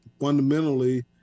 fundamentally